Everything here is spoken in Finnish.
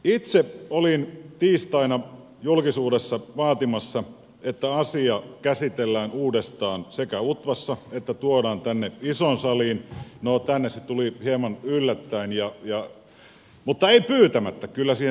itse olin tiistaina julkisuudessa vaatimassa että asia sekä käsitellään uudestaan utvassa että tuodaan tänne isoon saliin no tänne se tuli hieman yllättäen mutta ei pyytämättä kyllä siihen selkeä tilaus oli